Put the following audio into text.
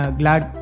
glad